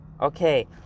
Okay